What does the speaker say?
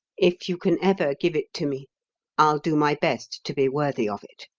if you can ever give it to me i'll do my best to be worthy of it.